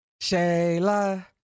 shayla